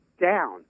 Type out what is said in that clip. down